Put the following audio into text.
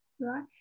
right